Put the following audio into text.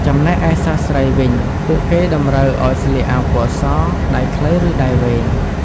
ចំណែកឯសិស្សស្រីវិញ ពួកគេតម្រូវឲ្យស្លៀកអាវពណ៌ស ដៃខ្លី ឬដៃវែង។